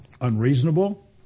unreasonable